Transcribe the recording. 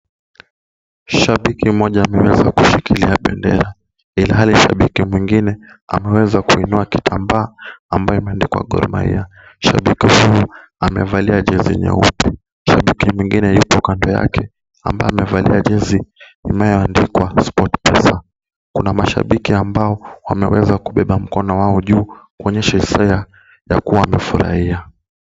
Shabiki mmoja ameweza kushiilia bendera, ilhali mwingine ameinua kitambaa kilichoandikwa Gor Mahia. Shabiki huyu amevalia jezi nyeupe, shabiki mwingine yuko kando yake ambaye amevalia jezi inayoandikwa SportPesa. Kuna mashabiki ambao wameweza kubeba mkono wao juu kuonyesha hisia ya kuwa wamefurahia.